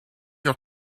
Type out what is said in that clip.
your